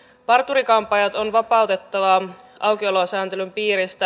parturi kampaajat on vapautettava aukiolosääntelyn piiristä